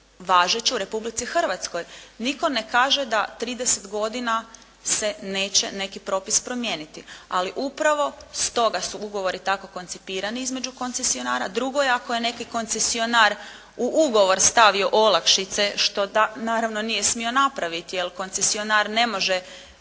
važeće u Republici Hrvatskoj. Nitko ne kaže da 30 godina se neće neki propis promijeniti. Ali upravo stoga su ugovori tako koncipirani između koncesionara. Drugo je ako je neki koncesionar u ugovor stavio olakšice što naravno nije smio napraviti jer koncesionar ne može